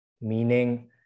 meaning